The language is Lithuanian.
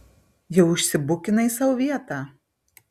jau užsibukinai sau vietą